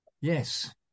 Yes